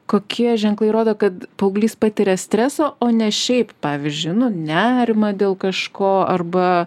kokie ženklai rodo kad paauglys patiria stresą o ne šiaip pavyzdžiui nu nerimą dėl kažko arba